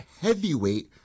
heavyweight